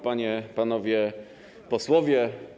Panie i Panowie Posłowie!